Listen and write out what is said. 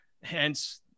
hence